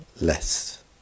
less